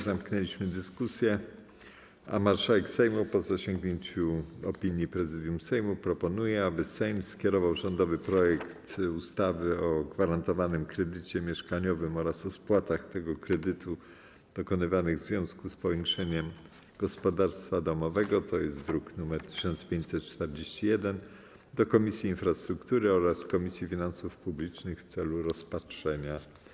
Zamknęliśmy dyskusję, a marszałek Sejmu, po zasięgnięciu opinii Prezydium Sejmu, proponuje, aby Sejm skierował rządowy projekt ustawy o gwarantowanym kredycie mieszkaniowym oraz o spłatach tego kredytu dokonywanych w związku z powiększeniem gospodarstwa domowego, to jest druk nr 1541, do Komisji Infrastruktury oraz Komisji Finansów Publicznych w celu rozpatrzenia.